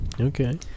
Okay